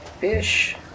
Fish